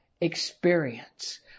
experience